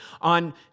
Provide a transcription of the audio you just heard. On